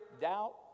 doubt